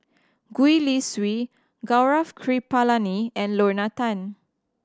Gwee Li Sui Gaurav Kripalani and Lorna Tan